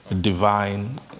divine